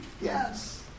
Yes